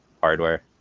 hardware